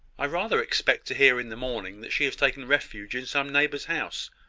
i rather expect to hear in the morning that she has taken refuge in some neighbour's house,